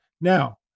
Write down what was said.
Now